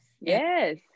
yes